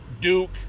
Duke